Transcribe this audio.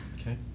Okay